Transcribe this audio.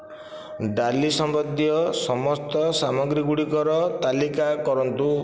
ଡାଲି ସମ୍ବନ୍ଧୀୟ ସମସ୍ତ ସାମଗ୍ରୀ ଗୁଡ଼ିକର ତାଲିକା କରନ୍ତୁ